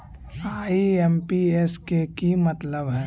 IMPS के कि मतलब है?